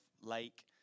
lake